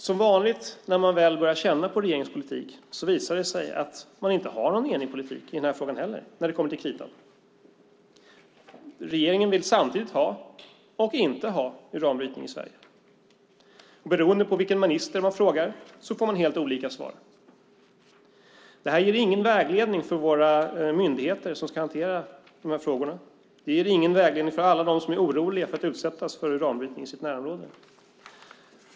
Som vanligt när man väl börjar känna på regeringens politik visar det sig att man inte har någon enig politik i den här frågan heller när det kommer till kritan. Regeringen vill samtidigt ha och inte ha uranbrytning i Sverige. Beroende på vilken minister man frågar får man helt olika svar. Det här ger ingen vägledning för våra myndigheter som ska hantera de här frågorna. Det ger ingen vägledning för alla dem som är oroliga för att utsättas för uranbrytning i sitt närområde.